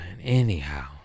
Anyhow